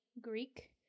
Greek